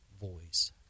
Voice